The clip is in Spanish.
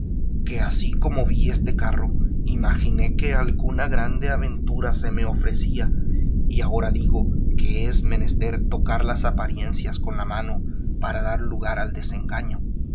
que así como vi este carro imaginé que alguna grande aventura se me ofrecía y ahora digo que es menester tocar las apariencias con la mano para dar lugar al desengaño